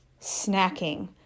snacking